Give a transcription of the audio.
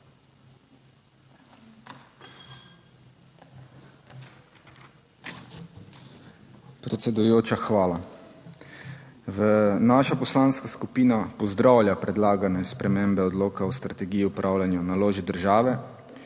Predsedujoča, hvala. Naša poslanska skupina pozdravlja predlagane spremembe Odloka o strategiji upravljanja naložb države,